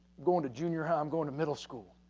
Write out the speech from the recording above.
go into junior, i'm going to middle school.